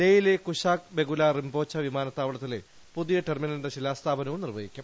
ലേയിലെ കുശോക് ബകുല റിംപോച്ചെ വിമാനത്താവള ത്തിലെ പുതിയ ടെർമിനലിന്റെ ശിലാസ്ഥാപനവും നിർവ്വഹിക്കും